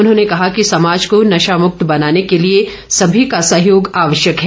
उन्होंने कहा कि समाज को नेशा मुक्त बनाने के लिए सभी का सहयोग आवश्यक है